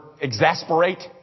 exasperate